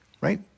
Right